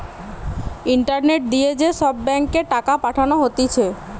internet দিয়ে যে সব ব্যাঙ্ক এ টাকা পাঠানো হতিছে